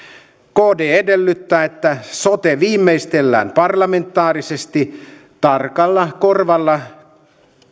kd edellyttää että sote viimeistellään parlamentaarisesti tarkalla korvalla